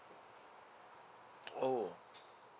oh